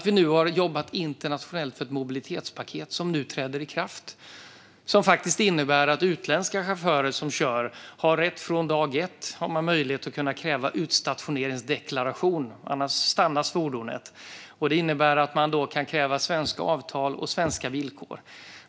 Vi har jobbat internationellt för ett mobilitetspaket som nu träder i kraft och som innebär att man har rätt att från dag ett kräva utstationeringsdeklaration av utländska chaufförer; annars stoppas fordonet. Detta innebär att man kan kräva svenska avtal och villkor.